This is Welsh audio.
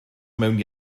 mewn